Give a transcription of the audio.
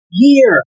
year